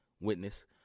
witness